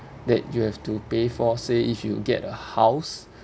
that you have to pay for say if you get a house